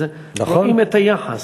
רואים את היחס.